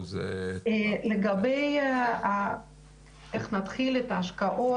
לגבי כיצד נתחיל את ההשקעות,